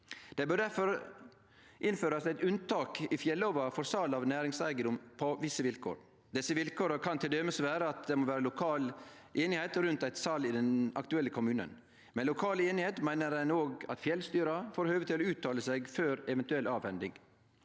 Det bør difor innførast eit unntak i fjellova for sal av næringseigedom på visse vilkår. Desse vilkåra kan til dømes vere at det må vere lokal einigheit rundt eit sal i den aktuelle kommunen. Med lokal einigheit meiner ein òg at fjellstyra får høve til å uttale seg før ei eventuell avhending.